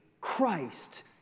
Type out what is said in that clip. Christ